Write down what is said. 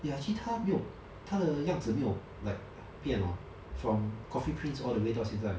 ya actually 她没有她的样子没有 like 变 hor from coffee prince all the way 到现在